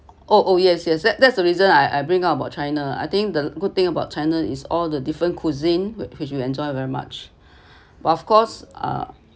oh oh yes yes that's that's the reason I I bring out about china I think the good thing about china is all the different cuisine which you enjoy very much but of course uh